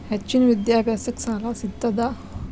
ಹೆಚ್ಚಿನ ವಿದ್ಯಾಭ್ಯಾಸಕ್ಕ ಸಾಲಾ ಸಿಗ್ತದಾ?